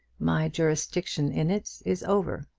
my jurisdiction in it is over.